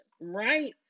Right